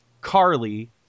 Carly